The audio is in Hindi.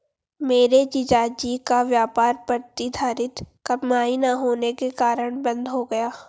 मेरे जीजा जी का व्यापार प्रतिधरित कमाई ना होने के कारण बंद हो गया